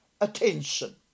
Attention